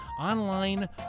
online